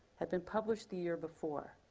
had been published the year before.